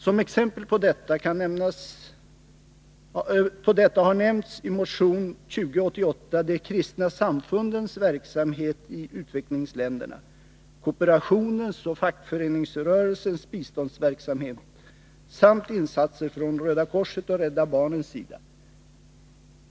Som exempel på detta nämns i motion 2088 de kristna samfundens verksamhet i utvecklingsländerna, kooperationens och fackföreningsrörelsens biståndsverksamhet samt insatser från Röda korsets och Rädda barnens sida.